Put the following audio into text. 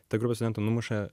ta grupė studentų numuša